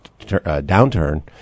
downturn